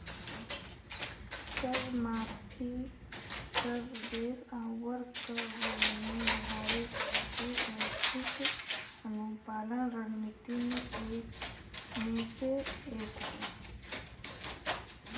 कर माफी, कर बेस आउर कर रेवेन्यू बढ़ावे खातिर स्वैच्छिक अनुपालन रणनीति में से एक हौ